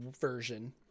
version